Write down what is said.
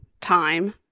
time